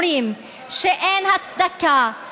אומרים שאין הצדקה,